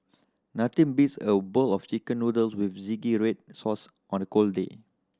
nothing beats a bowl of Chicken Noodles with zingy red sauce on a cold day